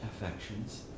affections